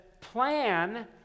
plan